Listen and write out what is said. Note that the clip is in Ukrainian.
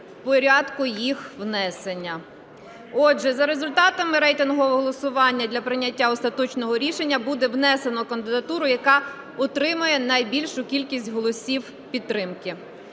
в порядку їх внесення. Отже, за результатами рейтингового голосування для прийняття остаточного рішення буде внесено кандидатуру, яка отримає найбільшу кількість голосів підтримки.